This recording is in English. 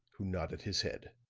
who nodded his head.